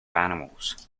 animals